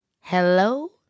Hello